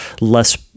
less